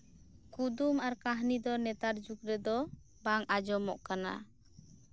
ᱠᱩᱫᱩᱢ ᱟᱨ ᱠᱟᱹᱦᱱᱤ ᱫᱚ ᱱᱮᱛᱟᱨ ᱡᱩᱜᱽ ᱨᱮᱫᱚ ᱵᱟᱝ ᱟᱸᱡᱚᱢᱚᱜ ᱠᱟᱱᱟ